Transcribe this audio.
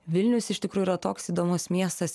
vilnius iš tikrųjų yra toks įdomus miestas